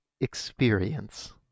experience